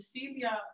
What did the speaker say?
Celia